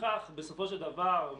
ולפיכך, בסופו של דבר,